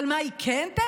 אבל מה היא כן תעשה?